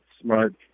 Smart